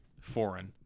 foreign